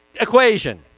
equation